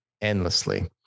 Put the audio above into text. endlessly